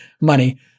money